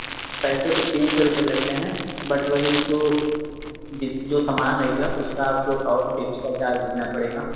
पैसे तो तीन सौ रूपए लेते हैं बट वही जो जित जो सामान लेगा उसका आपको और एक्स्ट्रा चार्ज देना पड़ेगा